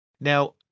Now